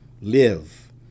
live